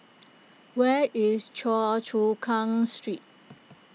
where is Choa Chu Kang Street